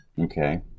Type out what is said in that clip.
Okay